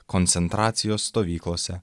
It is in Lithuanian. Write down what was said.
koncentracijos stovyklose